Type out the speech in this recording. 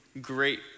great